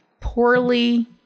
poorly